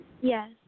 Yes